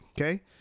Okay